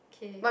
okay